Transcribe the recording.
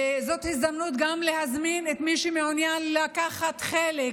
וזאת הזדמנות גם להזמין את מי שמעוניין לקחת חלק